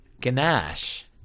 ganache